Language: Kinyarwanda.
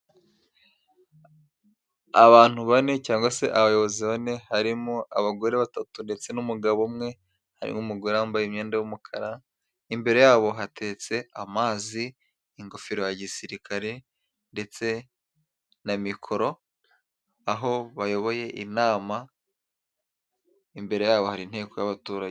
Abantu bane cyangwa se abayobozi bane harimo abagore batatu ndetse n'umugabo umwe, harimo umugore wambaye imyenda y'umukara, imbere yabo hateretse amazi, ingofero ya gisirikare ndetse na mikoro aho bayoboye inama, imbere yabo hari inteko y'abaturage.